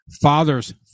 Fathers